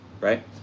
right